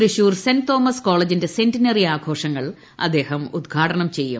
Thrissur Saint Thomas കോളേജിന്റെ സെന്റിന്റി ആഘോഷങ്ങൾ അദ്ദേഹം ഉദ്ഘാടനം ചെയ്യും